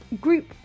group